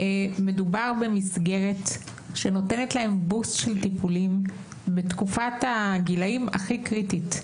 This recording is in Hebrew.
מדובר במסגרת שנותנת להם boost של טיפולים בתקופת הגילאים הכי קריטית,